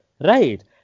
right